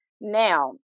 Now